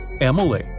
Emily